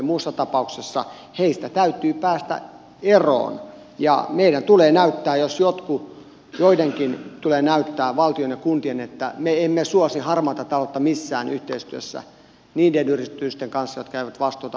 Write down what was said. muussa tapauksessa heistä täytyy päästä eroon ja meidän valtion ja kuntien tulee näyttää jos joidenkin tulee näyttää että me emme suosi harmaata taloutta missään yhteistyössä niiden yritysten kanssa jotka eivät vastuuta halua suomessa kantaa